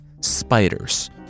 Spiders